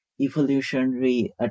evolutionary